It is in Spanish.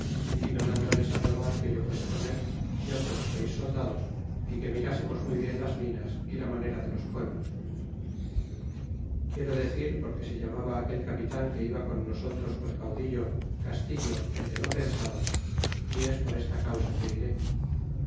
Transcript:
y me mandó el sandoval que yo fuese con el y otros seis soldados y que mirásemos muy bien las minas y la manera de los pueblos quiero decir porque se llamaba aquel capitan que iba con nosotros por caudillo castillo el de lo pensado y es por esta causa que diré